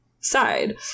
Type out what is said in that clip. side